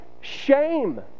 shame